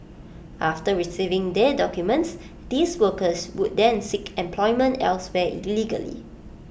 after receiving their documents these workers would then seek employment elsewhere illegally